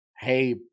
Hey